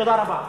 תודה רבה.